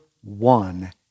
one